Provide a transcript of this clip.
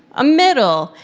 a middle,